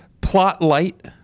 plot-light